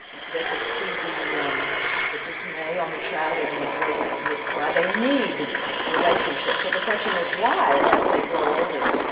they could see the the dismay on the child, even the boy would would cry. they need relationship. so the question is why, as they grow older,